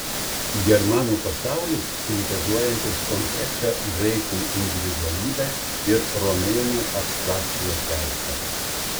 germanų pasaulis sintezuojantis konkrečią graikų individualybę ir romėnų abstrakčiąją teisę